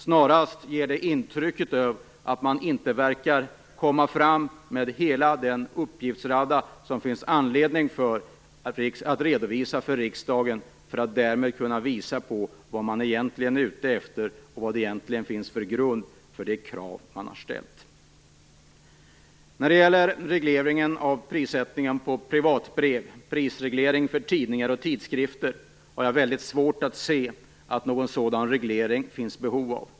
Snarast ger det intryck av att man inte verkar komma fram med hela den uppgiftsradda som det finns anledning att redovisa för riksdagen, för att därmed kunna visa på vad man egentligen är ute efter och vad det egentligen finns för grund för de krav man har ställt. När det gäller regleringen av prissättningen på privatbrev och prisregleringen för tidningar och tidskrifter har jag väldigt svårt att se att det finns behov av någon sådan.